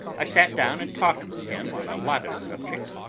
i sat down and talked with him on a lot of subjects,